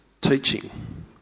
teaching